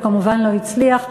והוא כמובן לא הצליח,